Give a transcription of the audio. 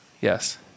Yes